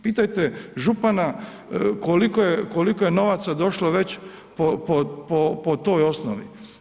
Pitajte župana koliko je novaca došlo već po toj osnovi?